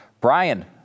Brian